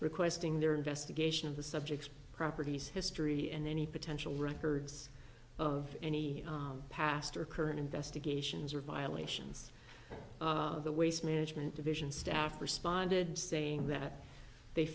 requesting their investigation of the subjects properties history and any potential records of any past or current investigations or violations of the waste management division staff responded saying that they